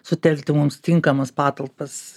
sutelkti mums tinkamas patalpas